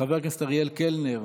חבר הכנסת אריאל קלנר,